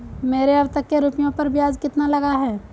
मेरे अब तक के रुपयों पर ब्याज कितना लगा है?